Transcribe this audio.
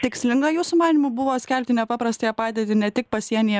tikslinga jūsų manymu buvo skelbti nepaprastąją padėtį ne tik pasienyje